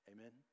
Amen